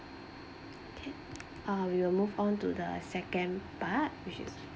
can uh we will move on to the second part which is